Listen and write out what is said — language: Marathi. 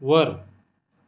वर